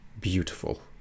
beautiful